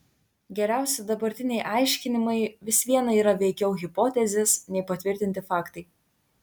geriausi dabartiniai aiškinimai vis viena yra veikiau hipotezės nei patvirtinti faktai